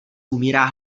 umírá